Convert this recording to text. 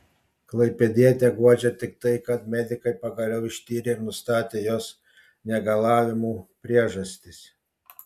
klaipėdietę guodžia tik tai kad medikai pagaliau ištyrė ir nustatė jos negalavimų priežastis